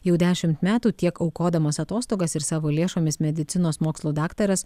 jau dešimt metų tiek aukodamas atostogas ir savo lėšomis medicinos mokslų daktaras